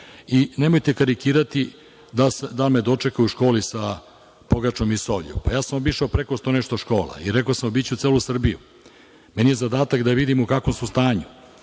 nemojte karikirati da li me dočekuju u školi sa pogačom i solju, pa ja sam obišao preko 100 i nešto škola i rekao sam obići ću celu Srbiju. Meni je zadatak da vidim u kakvom su stanju,